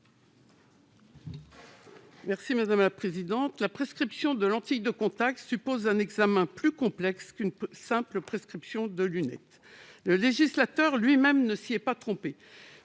Mme Raymonde Poncet Monge. La prescription de lentilles de contact suppose un examen plus complexe qu'une simple prescription de lunettes. Le législateur lui-même ne s'y est pas trompé